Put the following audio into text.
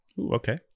Okay